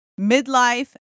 midlife